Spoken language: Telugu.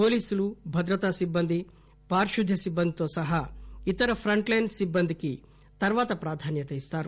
పోలీసులు భద్రతా సిబ్బంది పారిశుద్ద్య సిబ్బందితో సహా ఇతర ప్రంట్ లైన్ సిబ్బందికి తర్వాత ప్రాధాన్యత ఇస్తారు